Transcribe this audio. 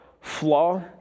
flaw